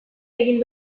egin